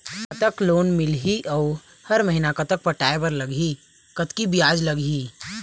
कतक लोन मिलही अऊ हर महीना कतक पटाए बर लगही, कतकी ब्याज लगही?